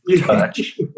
touch